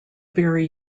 very